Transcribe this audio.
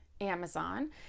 amazon